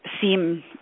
seem